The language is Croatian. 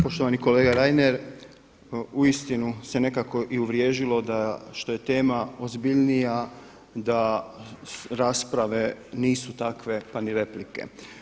Poštovani kolega Reiner, uistinu se nekako i uvriježilo da što je tema ozbiljnija, da rasprave nisu takve, pa ni replike.